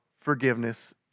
forgiveness